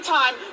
time